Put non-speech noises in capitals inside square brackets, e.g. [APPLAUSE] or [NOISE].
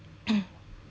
[COUGHS]